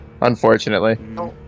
unfortunately